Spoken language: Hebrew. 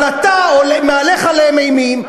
אבל אתה מהלך עליהם אימים,